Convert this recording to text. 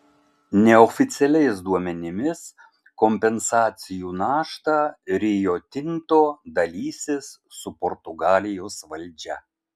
neoficialiais duomenimis kompensacijų naštą rio tinto dalysis su portugalijos valdžia